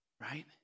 Right